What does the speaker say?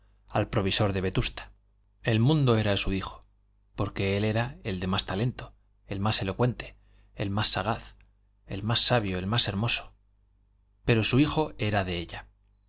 al provisor de vetusta el mundo era de su hijo porque él era el de más talento el más elocuente el más sagaz el más sabio el más hermoso pero su hijo era de ella